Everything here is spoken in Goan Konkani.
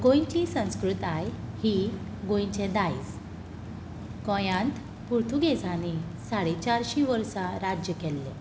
गोंयची संस्कृताय ही गोंयचें दायज गोंयांत पुर्तुगेझांनी साडे चारशी वर्सां राज्य केल्लें